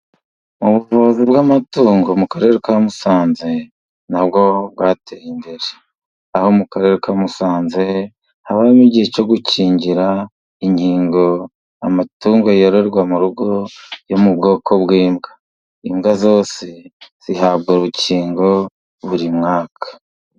Ubuvuzi bw'amatungo mu karere ka Musanze nabwo bwateye imbere, aho mu Karere ka Musanze habaho igihe cyo gukingira inkingo amatungo yororerwa mu rugo yo mu bwoko bw'imbwa. Imbwa zose zihabwa urukingo buri mwaka.